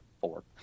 four